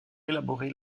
élaboré